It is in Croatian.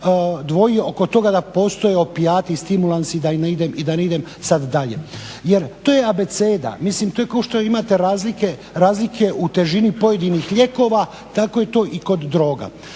dvoji oko toga da postoje opijati i stimulansi i da ne idem sad dalje. Jer to je abeceda. Mislim to je kao što imate razlike u težini pojedinih lijekova tako je to i kod droga.